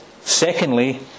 secondly